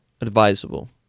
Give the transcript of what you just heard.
advisable